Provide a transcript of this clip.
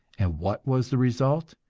and what was the result?